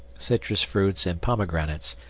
citrus fruits, and pomegranates,